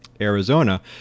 Arizona